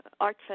art